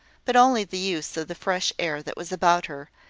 but only the use of the fresh air that was about her,